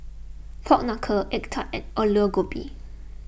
Pork Knuckle Egg Tart and Aloo Gobi